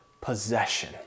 possession